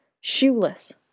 Shoeless